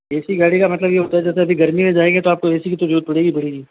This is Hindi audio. ए सी गाड़ी का मतलब यह होता है जैसे अभी गर्मी में जाएंगे तो आपको ए सी की ज़रुरत तो पड़ेगी ही पड़ेगी